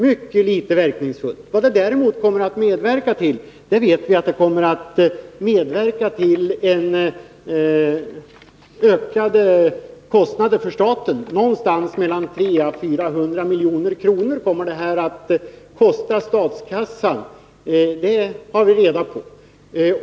Däremot vet vi att förslaget kommer att medverka till ökade kostnader för staten. Någonting mellan 300 och 400 milj.kr. kommer det att kosta statskassan — det har vi reda på.